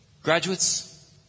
Graduates